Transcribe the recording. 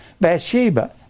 Bathsheba